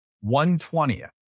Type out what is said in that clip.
one-twentieth